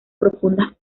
profundas